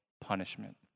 punishment